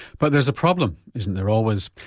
but there's a problem, isn't there always?